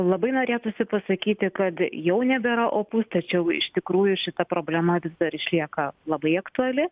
labai norėtųsi pasakyti kad jau nebėra opus tačiau iš tikrųjų šita problema vis dar išlieka labai aktuali